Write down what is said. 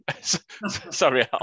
Sorry